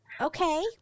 okay